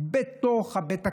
בתוך בית הכנסת,